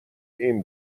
این